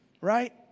right